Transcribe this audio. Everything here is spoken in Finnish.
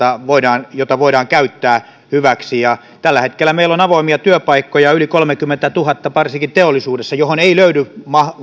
jota voidaan käyttää hyväksi ja tällä hetkellä meillä on avoimia työpaikkoja yli kolmekymmentätuhatta varsinkin teollisuudessa joihin ei löydy